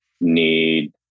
need